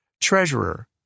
Treasurer